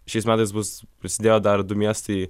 šiais metais bus prisidėjo dar du miestai